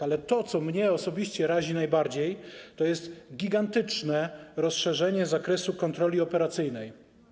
Ale to, co mnie osobiście razi najbardziej, to jest gigantyczne rozszerzenie zakresu kontroli operacyjnej.